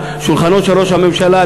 שולחנו של ראש הממשלה,